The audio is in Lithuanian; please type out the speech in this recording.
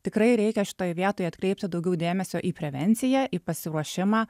tikrai reikia šitoj vietoj atkreipti daugiau dėmesio į prevenciją į pasiruošimą